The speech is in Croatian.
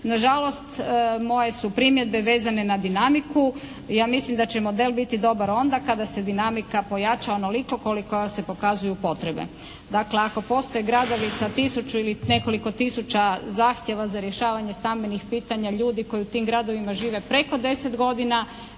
Na žalost moje su primjedbe vezane na dinamiku. Ja mislim da će model biti dobar onda kada se dinamika pojača onoliko koliko se pokazuju potrebe. Dakle, ako postoje gradovi sa tisuću i nekoliko tisuća zahtjeva za rješavanje stambenih pitanja ljudi koji u tim gradovima žive preko 10 godina